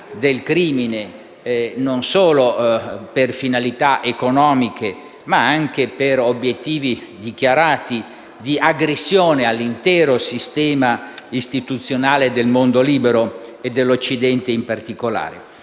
del crimine, non solo per finalità economiche, ma anche per obiettivi dichiarati di aggressione all'intero sistema istituzionale del mondo libero e dell'Occidente in particolare.